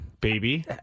Baby